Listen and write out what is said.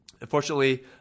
Unfortunately